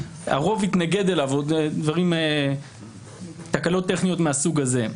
שהרוב התנגד לו או תקלות טכניות מהסוג הזה.